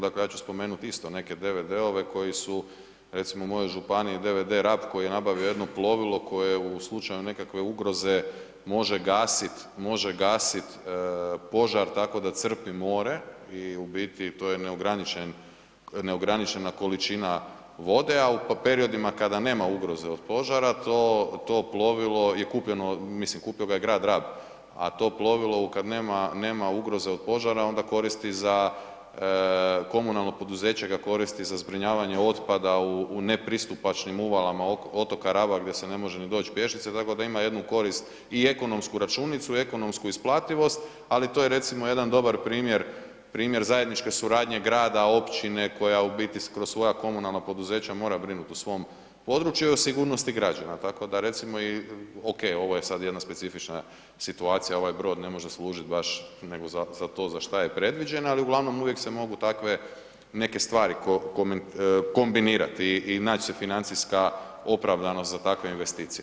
Dakle, ja ću spomenuti isto DVD-ove koji su recimo u mojoj županiji, DVD Rab koji je nabavio jedno plovilo koje u slučaju nekakve ugroze može gasiti požar tako da crpi more i u biti, to je neograničena količina vode, a u periodima kada nema ugroze od požara to plovilo, je kupljeno, mislim kupio ga je grad Rab, a to plovilo kad nema ugroze od požara, onda koristi za, komunalno poduzeće ga koristi za zbrinjavanje otpada u nepristupačnim uvalama otoka Raba gdje se ne može ni doći pješice, tako da ima jednu korist i ekonomsku računicu i ekonomsku isplativost, ali to je recimo jedan dobar primjer, primjer zajedničke suradnje grada, općine koja u biti kroz svoja komunalna poduzeća mora brinuti o svom području i o sigurnosti građana, je li, tako da recimo i okej, ovo je sad jedna specifična situacija, ovaj brod ne može služiti baš nego za to za što je predviđen, ali uglavnom, uvijek se mogu takve neke stvari kombinirati i naći se financijska opravdanost za takve investicije.